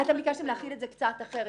אתם ביקשתם להחיל את זה קצת אחרת,